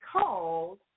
called